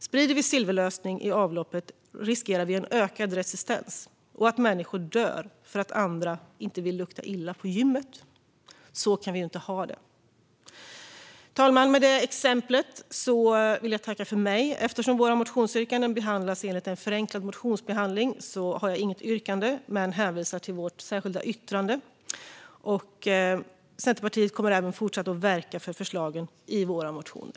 Sprider vi silverlösning i avloppet riskerar vi ökad resistens och att människor dör för att andra inte vill lukta illa på gymmet. Så kan vi inte ha det. Fru talman! Med det exemplet vill jag tacka för mig. Eftersom våra motionsyrkanden behandlas enligt en förenklad motionsbehandling har jag inget yrkande, men jag hänvisar till vårt särskilda yttrande. Vi i Centerpartiet kommer att fortsätta verka för förslagen i våra motioner.